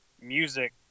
music